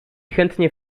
chętnie